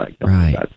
Right